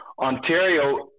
Ontario